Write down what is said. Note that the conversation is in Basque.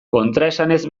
kontraesanez